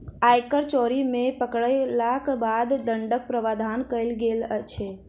आयकर चोरी मे पकड़यलाक बाद दण्डक प्रावधान कयल गेल छै